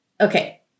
Okay